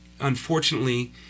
unfortunately